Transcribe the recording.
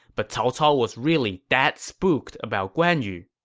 but cao cao was really that spooked about guan yu.